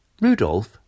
Rudolph